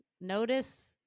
notice